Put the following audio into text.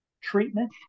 treatment